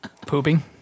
Pooping